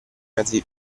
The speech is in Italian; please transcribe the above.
mezzi